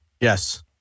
Yes